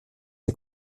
ses